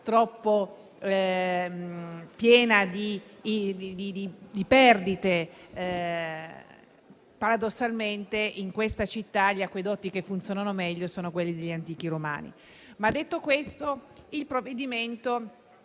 troppo piena di perdite. Paradossalmente in questa città gli acquedotti che funzionano meglio sono quelli degli antichi romani. Detto questo, il provvedimento